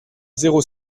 zéro